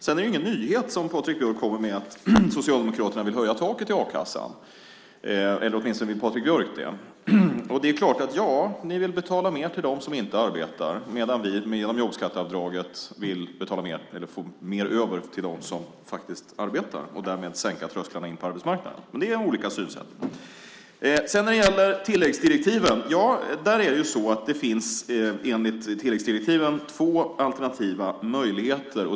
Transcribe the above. Det är ingen nyhet som Patrik Björck säger att Socialdemokraterna vill höja taket i a-kassan - åtminstone vill Patrik Björck det. Ja, ni vill betala mer till dem som inte arbetar, medan jobbskatteavdraget gör att det blir mer över till dem som faktiskt arbetar och därmed sänker trösklarna in på arbetsmarknaden. Det är olika synsätt. Sedan var det frågan om tilläggsdirektiven. Enligt tilläggsdirektiven finns två alternativa möjligheter.